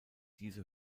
diese